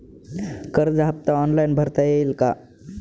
कर्ज हफ्ता ऑनलाईन भरता येईल का?